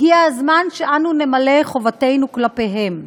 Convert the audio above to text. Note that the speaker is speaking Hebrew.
הגיע הזמן שאנחנו נמלא את חובתנו כלפיהם.